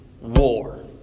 war